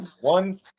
one